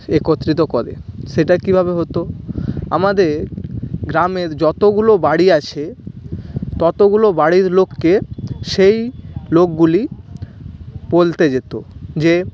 একত্রিত করে সেটা কীভাবে হতো আমাদের গ্রামের যতোগুলো বাড়ি আছে ততগুলোর বাড়ির লোককে সেই লোকগুলি বলতে যেতো যে